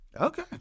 Okay